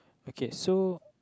okay so